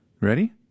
Ready